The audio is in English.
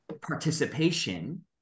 participation